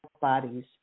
bodies